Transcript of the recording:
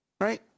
Right